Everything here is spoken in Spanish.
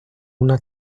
una